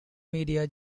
media